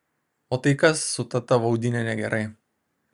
o tai kas su ta tavo audine negerai